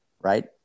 right